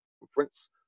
conference